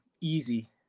easy